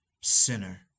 sinner